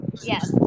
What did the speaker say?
yes